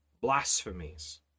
Blasphemies